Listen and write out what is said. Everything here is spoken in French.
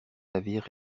navire